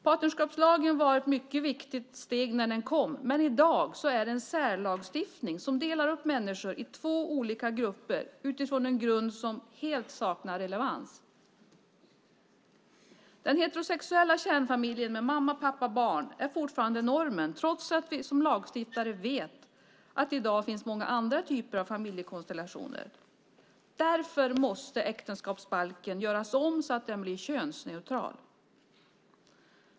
Partnerskapslagen var ett mycket viktigt steg när den kom, men i dag är den en särlagstiftning som delar upp människor i två olika grupper utifrån en grund som helt saknar relevans. Den heterosexuella kärnfamiljen med mamma, pappa och barn är fortfarande normen, trots att vi som lagstiftare vet att det i dag finns många andra typer av familjekonstellationer. Därför måste äktenskapsbalken göras om så att den blir könsneutral.